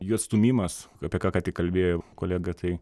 jų atstūmimas apie ką ką tik kalbėjo kolega tai